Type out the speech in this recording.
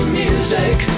music